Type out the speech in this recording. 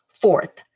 Fourth